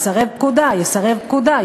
יסרב פקודה,